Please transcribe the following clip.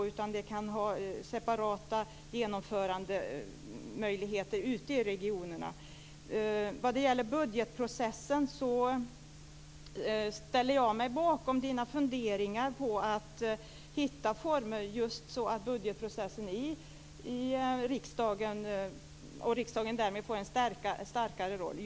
Det kan finnas separata genomförandemöjligheter ute i regionerna. Jag ställer mig bakom Lars Bäckströms funderingar om att hitta former för budgetprocessen i riksdagen, så att riksdagen därmed får en starkare roll.